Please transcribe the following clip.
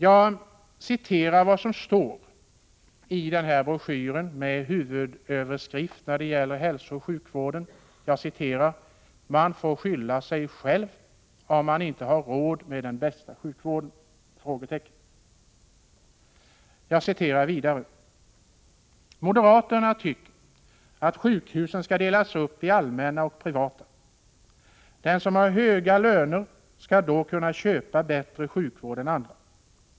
Jag citerar vad som står i avsnittet om hälsooch sjukvården, som har följande rubrik: ”Man får väl skylla sig själv om man inte har råd med den bästa sjukvården?”. Där står bl.a.: ”Moderaterna tycker att sjukhusen ska delas upp i allmänna och privata. De som har höga löner skulle då kunna köpa bättre sjukvård än andra.